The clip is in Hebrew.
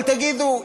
אבל תגידו,